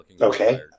Okay